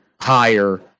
higher